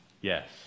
Yes